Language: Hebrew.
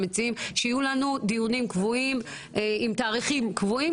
המציעים שיהיו לנו דיונים עם תאריכים קבועים,